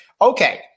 Okay